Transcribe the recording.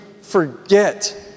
forget